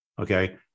okay